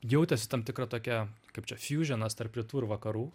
jautėsi tam tikra tokia kaip čia fjūženas tarp rytų ir vakarų